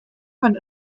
fand